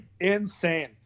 Insane